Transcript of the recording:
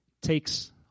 takes